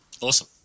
Awesome